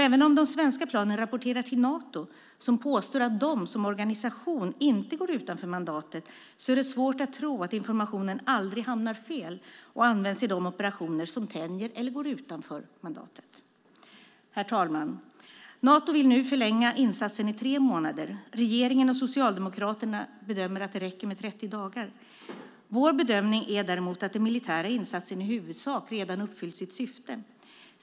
Även om de svenska planen rapporterar till Nato, som påstår att de som organisation inte går utanför mandatet, är det svårt att tro att informationen aldrig hamnar fel och används i de operationer som tänjer eller går utanför mandatet. Herr talman! Nato vill nu förlänga insatsen i tre månader. Regeringen och Socialdemokraterna bedömer att det räcker med 30 dagar. Vår bedömning är däremot att den militära insatsen i huvudsak redan uppfyllt sitt syfte.